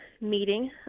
meeting